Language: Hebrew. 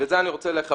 ואת זה אני רוצה לכוון